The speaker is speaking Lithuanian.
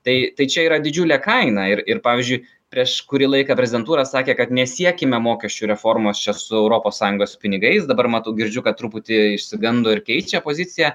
tai tai čia yra didžiulė kaina ir ir pavyzdžiui prieš kurį laiką prezidentūra sakė kad nesiekime mokesčių reformos čia su europos sąjungos pinigais dabar matau girdžiu kad truputį išsigando ir keičia poziciją